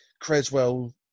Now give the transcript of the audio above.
Creswell